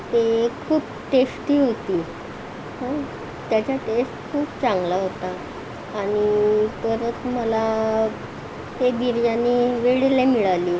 ते खूप टेस्टी होती हं त्याचा टेस्ट खूप चांगला होता आणि परत मला हे बिर्याणी वेळेला मिळाली